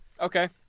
Okay